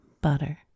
Butter